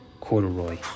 Corduroy